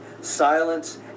silence